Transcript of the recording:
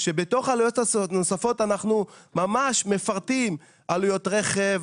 כאשר בתוך העלויות הנוספות אנחנו ממש מפרטים עלויות רכב,